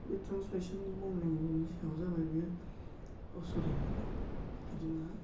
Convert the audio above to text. बे ट्रान्सलेसननि मावनायनि सायाव जाबाय बेयो अह सरि लाइक बिदि नङा